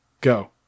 go